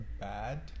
bad